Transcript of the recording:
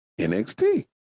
NXT